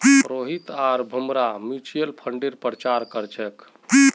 रोहित आर भूमरा म्यूच्यूअल फंडेर प्रचार कर छेक